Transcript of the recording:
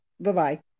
Bye-bye